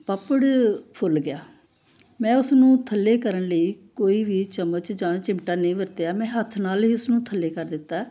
ਪਾਪੜ ਫੁੱਲ ਗਿਆ ਮੈਂ ਉਸਨੂੰ ਥੱਲੇ ਕਰਨ ਲਈ ਕੋਈ ਵੀ ਚਮਚ ਜਾਂ ਚਿਮਟਾ ਨਹੀਂ ਵਰਤਿਆ ਮੈਂ ਹੱਥ ਨਾਲ ਹੀ ਉਸ ਨੂੰ ਥੱਲੇ ਕਰ ਦਿੱਤਾ